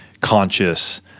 conscious